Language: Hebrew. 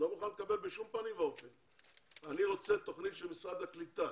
אני רוצה תוכנית של משרד הקליטה.